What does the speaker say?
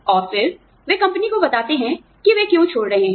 और फिर वे कंपनी को बताते हैं कि वे क्यों छोड़ रहे हैं